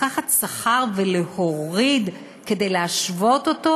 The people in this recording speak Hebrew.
לקחת שכר ולהוריד כדי להשוות אותו?